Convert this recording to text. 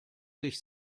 sich